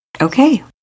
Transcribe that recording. Okay